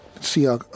see